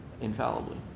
infallibly